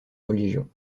religion